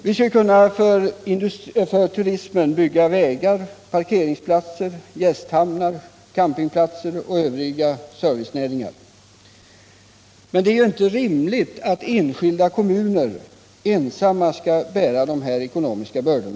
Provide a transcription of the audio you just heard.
Vi skall för turismen kunna bygga vägar, parkeringsplatser, gästhamnar, campingplatser och övrig service. Det är inte rimligt att enskilda kommuner ensamma skall bära dessa ekonomiska bördor.